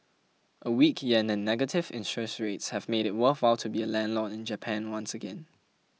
a weak yen and negative interest rates have made it worthwhile to be a landlord in Japan once again